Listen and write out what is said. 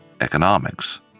economics